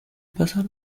pasar